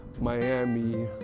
Miami